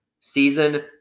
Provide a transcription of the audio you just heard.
season